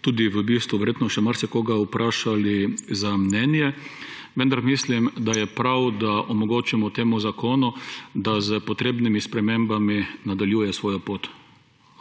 tudi v bistvu verjetno še marsikoga vprašali za mnenje, vendar mislim, da je prav, da omogočimo temu zakonu, da s potrebnimi spremembami nadaljuje svojo pot.